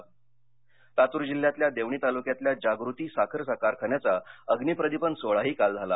लातूर लातूर जिल्ह्यातल्या देवणी तालुक्यातल्या जागृती साखर कारखान्याचा अग्नीप्रदीपन सोहळाही काल झाला